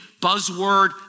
buzzword